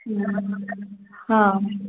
ಹ್ಞೂ ಹಾಂ